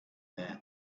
there